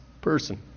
person